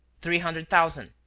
three hundred thousand,